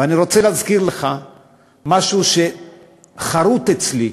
ואני רוצה להזכיר לך משהו שחרות אצלי: